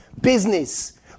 business